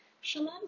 shalom